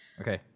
Okay